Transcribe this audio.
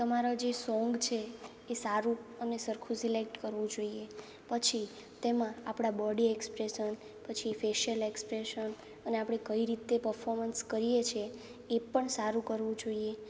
તમારા જે સોન્ગ છે એ સારું અને સરખું સિલેક્ટ કરવું જોઈએ પછી તેમાં આપણા બોડી એક્સપ્રેશન પછી ફેશિઅલ એક્સપ્રેશન અને આપણે કઈ રીતે પર્ફોર્મન્સ કરીએ છીએ એ પણ સારું કરવું જોઈએ